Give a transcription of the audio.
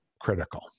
critical